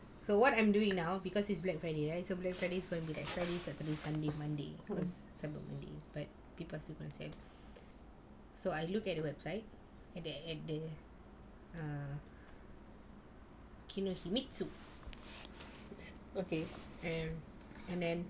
so what I'm doing now cause it's black friday right black friday gonna be friday saturday sunday monday cause cyber monday but so I look at the website and then err kinohitmisu and then